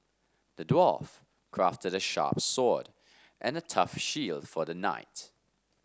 the dwarf crafted a sharp sword and a tough shield for the knight